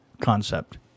concept